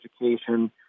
education